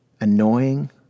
annoying